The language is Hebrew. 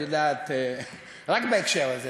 רק בהקשר הזה,